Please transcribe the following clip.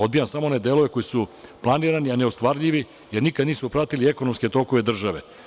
Odbijam samo one delove koji su planirani a nisu ostvarivi, jer nikada nisu pratili ekonomske tokove države.